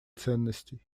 ценностей